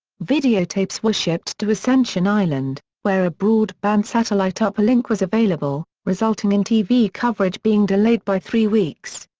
videotapes were shipped to ascension island, where a broadband satellite uplink was available, resulting in tv coverage being delayed by three weeks.